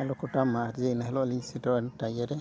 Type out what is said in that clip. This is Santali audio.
ᱟᱞᱚ ᱠᱚᱴᱟᱜ ᱢᱟ ᱡᱮ ᱮᱱ ᱦᱤᱞᱳᱜ ᱞᱤᱧ ᱥᱮᱴᱮᱨᱚᱜ ᱤᱭᱟᱹ ᱨᱮ